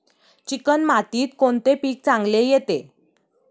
Chicken मातीत कोणते पीक चांगले येते?